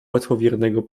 łatwowiernego